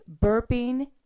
burping